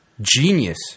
genius